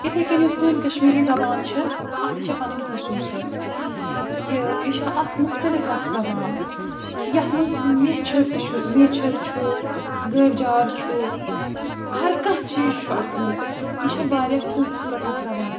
اِتھَے کٔنۍ یۄس سٲنۍ کَشمیٖری زَبان چھےٚ اَتھ تہِ چھےٚ پَنٕنۍ خصوٗصیت یہِ یہِ چھےٚ اَکھ مُختلِف اَکھ زَبان یَتھ منٛز میچھَر تہِ چھُ میچھَر چھُ زٲوۍ جار چھُ ہَرٕ کانٛہہ چیٖز چھُ اَتھ منٛز یہِ چھےٚ واریاہ خوٗبصوٗرت اَکھ زَبان